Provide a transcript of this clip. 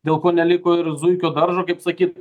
dėl ko neliko ir zuikio daržo kaip sakyt